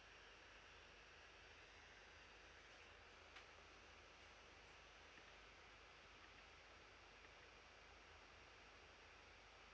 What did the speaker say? uh ah